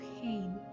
pain